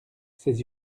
ses